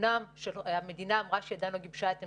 אומנם המדינה אמרה שעדיין לא גיבשה את עמדתה,